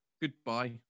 goodbye